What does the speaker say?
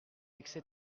etc